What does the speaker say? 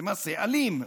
זה מעשה אלים,